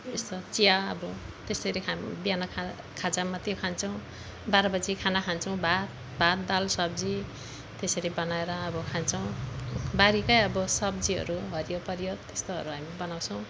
यस्तो चिया अब त्यसरी खा बिहान खाजा मात्रै खान्छौँ बाह्र बजी खाना खान्छौँ भात भात दाल सब्जी त्यसरी बनाएर अब खान्छौँ बारीकै अब सब्जीहरू हरियोपरियो त्यस्तोहरू हामी बनाउँछौँ